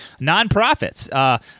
Nonprofits